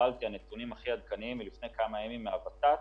הנתונים הכי עדכניים שקיבלתי לפני כמה ימים מהות"ת